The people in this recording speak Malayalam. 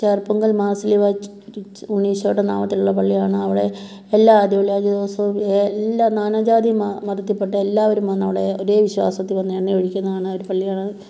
ചെറുപ്പുങ്ങൽ മാർശ്ലീലവാ ഉണ്ണീശോയുടെ നാമത്തിലുള്ള പള്ളിയാണ് അവിടെ എല്ലാ ആദ്യ വെള്ളി ആഴ്ച ദിവസവും എല്ലാ നാനാജാതി മതത്തിൽപ്പെട്ട എല്ലാവരും വന്നവിടെ ഒരേ വിശ്വാസത്തിൽ വന്ന് എണ്ണയൊഴിക്കുന്നതാണ് ഒരു പള്ളിയാണ്